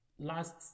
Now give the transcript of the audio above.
last